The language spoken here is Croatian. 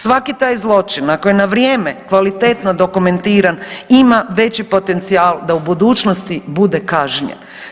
Svaki taj zločin ako je na vrijeme kvalitetno dokumentiran ima veći potencijal da u budućnosti bude kažnjen.